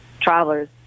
travelers